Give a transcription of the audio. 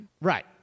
Right